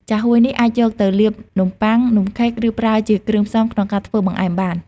ចាហួយនេះអាចយកទៅលាបនំប៉័ង នំខេក ឬប្រើជាគ្រឿងផ្សំក្នុងការធ្វើបង្អែមបាន។